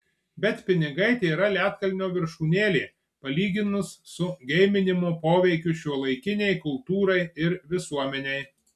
bet pinigai tėra ledkalnio viršūnėlė palyginus su geiminimo poveikiu šiuolaikinei kultūrai ir visuomenei